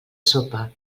sopa